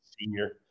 senior